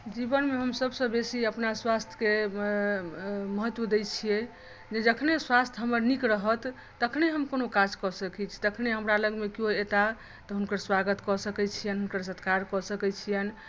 जीवनमे हम सभसँ बेसी अपना स्वास्थ्यकेँ महत्व दैत छियै जे जखनहि स्वास्थ्य हमर नीक रहत तखनहि हम कोनो काज कऽ सकैत छी तखनहि हमरा लगमे केयो अओता तऽ हुनकर स्वागत कऽ सकैत छियनि हुनकर सत्कार कऽ सकैत छियनि